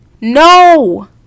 No